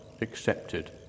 accepted